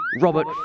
Robert